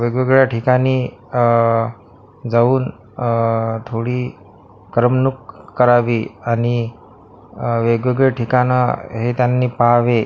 वेगवेगळ्या ठिकाणी जाऊन थोडी करमणूक करावी आणि वेगवेगळे ठिकाणं हे त्यांनी पहावे